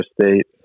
State